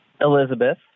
Elizabeth